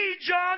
John